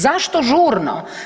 Zašto žurno?